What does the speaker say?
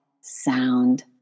sound